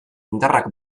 indarrak